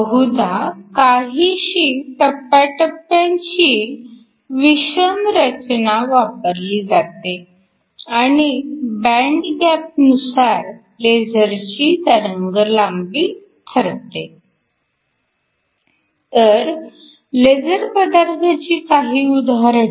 बहुधा काहीशी टप्प्याटप्प्यांची विषम रचना वापरली जाते आणि बँड गॅपनुसार लेझरची तरंगलांबी ठरते तर लेझर पदार्थांची काही उदाहरणे